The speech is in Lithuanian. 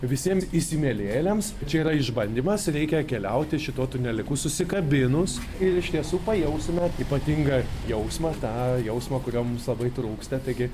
visiems įsimylėjėliams čia yra išbandymas reikia keliauti šituo tuneliuku susikabinus ir iš tiesų pajaustume ypatingą jausmą tą jausmą kurio mums labai trūksta taigi